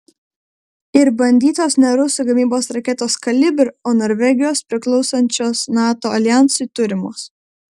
ir bandytos ne rusų gamybos raketos kalibr o norvegijos priklausančios nato aljansui turimos